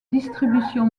distribution